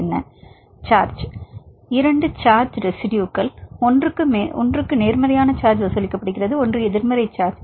மாணவர் சார்ஜ் இரண்டு சார்ஜ் ரெசிடுயுகள் ஒன்றுக்கு நேர்மறையான சார்ஜ் வசூலிக்கப்படுகிறது ஒன்று எதிர்மறை சார்ஜ்